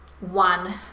one